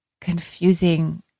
confusing